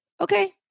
okay